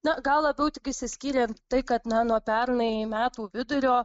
na gal labiau tik išsiskyrė tai kad na nuo pernai metų vidurio